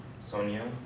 Sonia